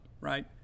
right